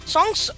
Songs